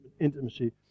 intimacy